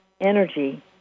energy